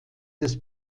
des